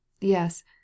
Yes